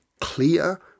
clear